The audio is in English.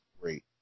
great